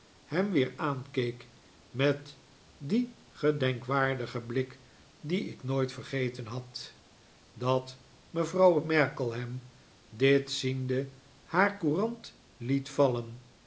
hem weer aankeek met dien gedenkwaardigen blik dienik nooit vergeten had dat mevrouw markleham dit ziende haar courant liet vallen